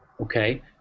okay